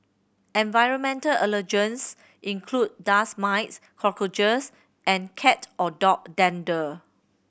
environmental allergens include dust mites cockroaches and cat or dog dander